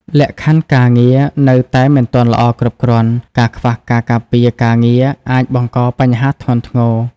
លក្ខខណ្ឌការងារនៅតែមិនទាន់ល្អគ្រប់គ្រាន់ ការខ្វះការការពារការងារអាចបង្កបញ្ហាធ្ងន់ធ្ងរ។